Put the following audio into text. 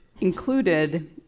included